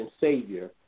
Savior